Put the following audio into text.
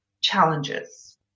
challenges